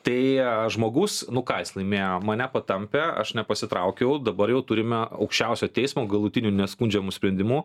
tai a žmogus nu ką jis laimėjo mane patampė aš nepasitraukiau dabar jau turime aukščiausio teismo galutiniu neskundžiamu sprendimu